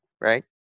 right